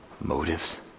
motives